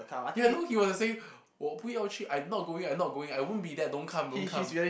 ya no he was like saying 我不要去 I not going I not going I won't be there don't come don't come